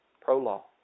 Pro-law